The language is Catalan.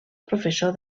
professor